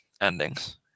endings